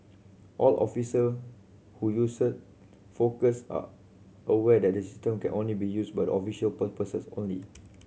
all officer who use Focus are aware that the system can only be used official purposes only